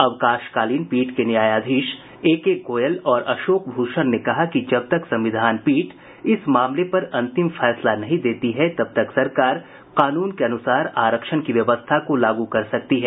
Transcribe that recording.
अवकाशकालीन पीठ के न्यायाधीश एकेगोयल और अशोक भूषण ने कहा कि जब तक संविधान पीठ इस मामले पर अंतिम फैसला नहीं देती है तब तक सरकार कानून के अनुसार आरक्षण की व्यवस्था को लागू कर सकती है